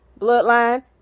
bloodline